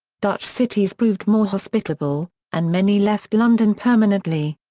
dutch cities proved more hospitable, and many left london permanently.